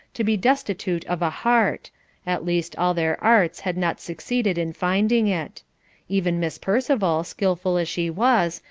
to be destitute of a heart at least all their arts had not succeeded in finding it even miss percival, skilful as she was,